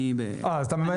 אתה ממהר?